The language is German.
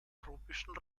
tropischen